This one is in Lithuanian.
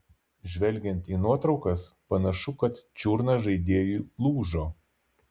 žvelgiant į nuotraukas panašu kad čiurna žaidėjui lūžo